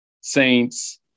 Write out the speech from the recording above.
Saints